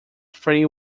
three